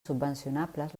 subvencionables